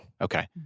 Okay